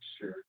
sure